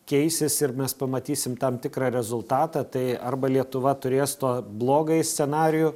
keisis ir mes pamatysim tam tikrą rezultatą tai arba lietuva turės to blogąjį scenarijų